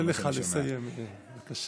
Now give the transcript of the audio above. אתן לך לסיים, בבקשה.